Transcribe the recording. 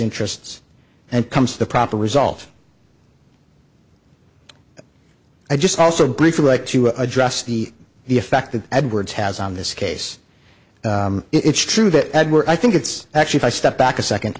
interests and comes to the proper result i just also briefly like to address the effect that edwards has on this case it's true that edward i think it's actually if i step back a second